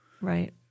Right